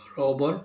robot